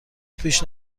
پیش